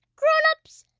grown-ups,